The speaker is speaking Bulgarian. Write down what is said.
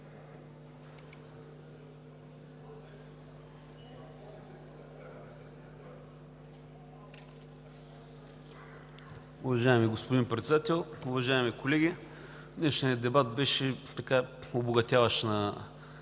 Уважаеми господин Председател, уважаеми колеги! Днешният дебат беше обогатяващ на